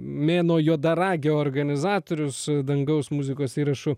mėnuo juodaragio organizatorius dangaus muzikos įrašų